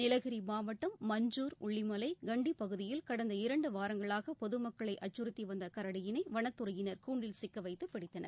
நீலகிரி மாவட்டம் மஞ்சூர் உள்ளிமலை கண்டி பகுதியில் கடந்த இரண்டு வாரங்களாக பொதுமக்களை அச்சுறுத்தி வந்த கரடியினை வனத்துறையினர் கூண்டில் சிக்க வைத்து பிடித்தனர்